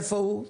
איפה הוא?